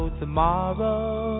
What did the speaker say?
tomorrow